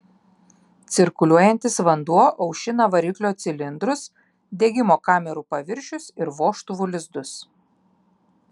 cirkuliuojantis vanduo aušina variklio cilindrus degimo kamerų paviršius ir vožtuvų lizdus